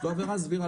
זו עבירה סבירה.